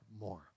more